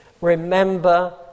remember